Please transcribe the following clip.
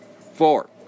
Four